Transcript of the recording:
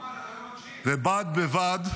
ובד בבד,